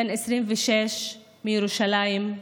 בן 26, ירושלים,